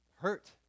hurt